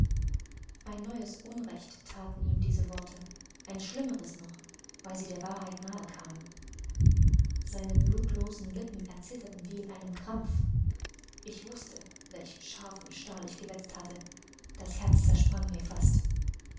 ein neues unrecht thaten ihm diese worte ein schlimmeres noch weil sie der wahrheit nahe kamen seine blutlosen lippen erzitterten wie in einem krampf ich wußte welch scharfen stahl ich gewetzt hatte das herz zersprang mir fast